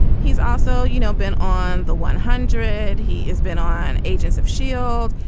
he's also you know been on the one hundred. he is been on agents of shield.